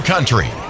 country